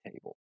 table